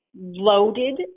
loaded